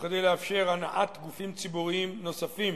וכדי לאפשר הנעת גופים ציבוריים נוספים